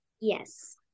Yes